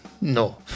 No